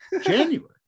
January